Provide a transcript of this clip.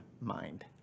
mind